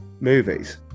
movies